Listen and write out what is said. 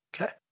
Okay